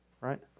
right